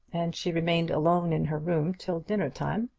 and she remained alone in her room till dinner-time,